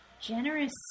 generous